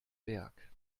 werk